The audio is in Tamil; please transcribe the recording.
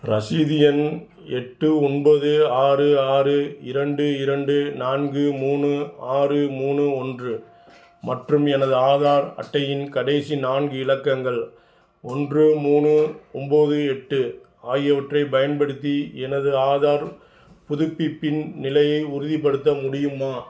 ரசீது எண் எட்டு ஒன்பது ஆறு ஆறு இரண்டு இரண்டு நான்கு மூணு ஆறு மூணு ஒன்று மற்றும் எனது ஆதார் அட்டையின் கடைசி நான்கு இலக்கங்கள் ஒன்று மூணு ஒம்போது எட்டு ஆகியவற்றைப் பயன்படுத்தி எனது ஆதார் புதுப்பிப்பின் நிலையை உறுதிப்படுத்த முடியுமா